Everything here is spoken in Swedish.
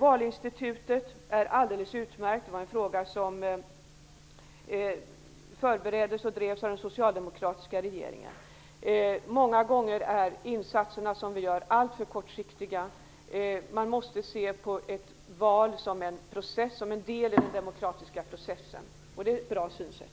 Valinstitutet är alldeles utmärkt. Det var en fråga som förbereddes och drevs av den socialdemokratiska regeringen. Många gånger är de insatser vi gör alltför kortsiktiga. Man måste se ett val som en del i den demokratiska processen. Det är ett bra synsätt.